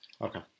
Okay